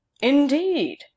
Indeed